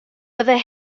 byddai